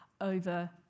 over